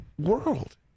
world